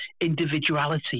individuality